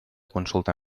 consulta